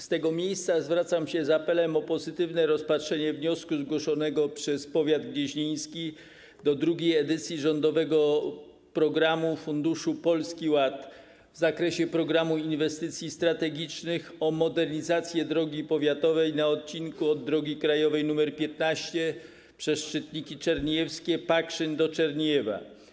Z tego miejsca zwracam się z apelem o pozytywne rozpatrzenie wniosku zgłoszonego przez powiat gnieźnieński do drugiej edycji rządowego programu, funduszu Polski Ład w zakresie programu inwestycji strategicznych o modernizację drogi powiatowej na odcinku od drogi krajowej nr 15 przez Szczytniki Czerniejewskie, Pakszyn do Czerniejewa.